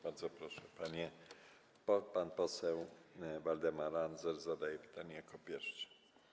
Bardzo proszę, pan poseł Waldemar Andzel zadaje pytanie jako pierwszy.